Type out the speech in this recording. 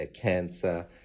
cancer